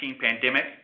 pandemic